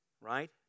right